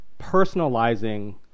personalizing